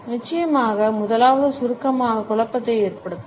நிச்சயமாக முதலாவது சுருக்கமானது குழப்பத்தை ஏற்படுத்தும்